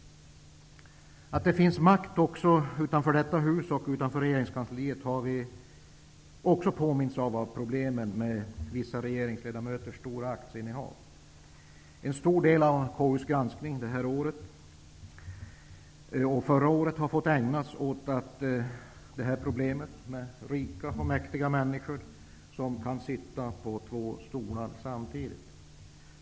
Att det finns makt också utanför detta hus och utanför regeringskansliet har vi också påmints om av problemen med vissa regeringsledamöters stora aktieinnehav. En stor del av konstitutionsutskottets granskning detta år och förra året har fått ägnas åt detta problem med rika och mäktiga människor som kan sitta på två stolar samtidigt.